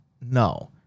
No